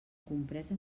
compresa